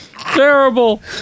terrible